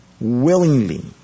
Willingly